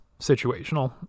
situational